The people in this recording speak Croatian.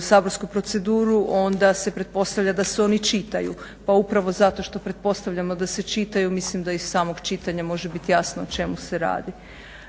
saborsku proceduru onda se pretpostavlja da se oni čitaju. Pa upravo zato što pretpostavljamo da se čitaju mislim da iz samog čitanja može biti jasno o čemu se radi.